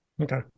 Okay